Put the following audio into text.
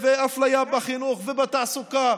ואפליה בחינוך ובתעסוקה.